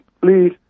please